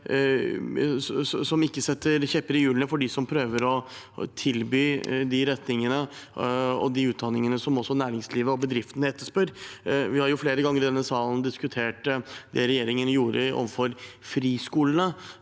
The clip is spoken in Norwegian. som ikke stikker kjepper i hjulene for dem som prøver å tilby de retningene og de utdanningene som næringslivet og bedriftene etterspør. Vi har flere ganger i denne salen diskutert det regjeringen gjorde overfor friskolene,